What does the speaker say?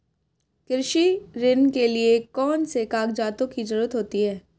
कृषि ऋण के लिऐ कौन से कागजातों की जरूरत होती है?